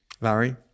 Larry